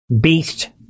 beast